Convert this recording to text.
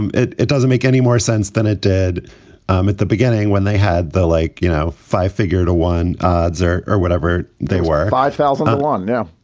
and it it doesn't make any more sense than it did um at the beginning when they had the like, you know, five figure to one odds or or whatever. they were five thousand alone now.